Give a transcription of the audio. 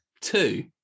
Two